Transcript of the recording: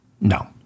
No